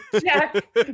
Jack